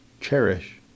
cherish